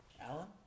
Alan